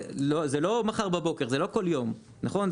זה לא מחר בבוקר, זה לא כל יום, נכון?